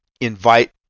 invite